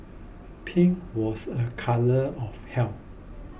pink was a colour of health